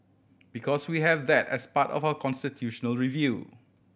because we have that as part of our constitutional review